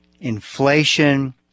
inflation